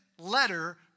letter